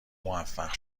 موفق